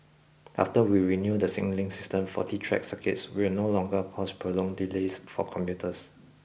after we renew the signalling system faulty track circuits will no longer cause prolonged delays for commuters